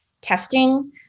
testing